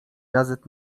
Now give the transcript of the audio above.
gazet